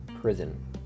prison